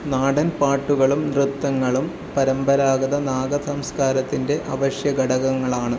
നാടൻ പാട്ടുകളും നൃത്തങ്ങളും പരമ്പരാഗത നാഗ സംസ്കാരത്തിൻ്റെ അവശ്യ ഘടകങ്ങളാണ്